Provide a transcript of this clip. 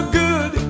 good